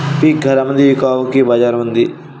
पीक घरामंदी विकावं की बाजारामंदी?